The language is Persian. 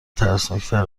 ترسناکتر